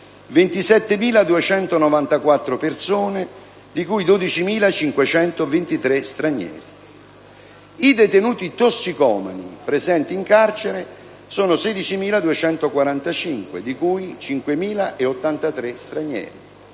27.294 persone, di cui 12.523 stranieri. I detenuti tossicomani presenti in carcere sono 16.245, di cui 5.083 sono stranieri,